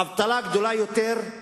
אבטלה גדולה יותר,